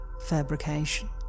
fabrication